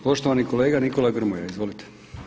Poštovani kolega Nikola Grmoja, izvolite.